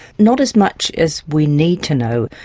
not as much as we need to know.